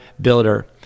builder